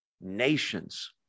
nations